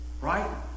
Right